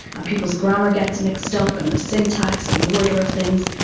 and people's grammar gets mixed up, and the syntax and the order of things.